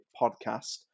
podcast